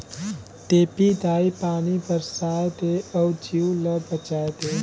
देपी दाई पानी बरसाए दे अउ जीव ल बचाए दे